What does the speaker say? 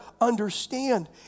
understand